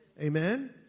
Amen